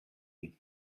you